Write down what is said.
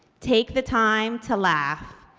take the time to laugh.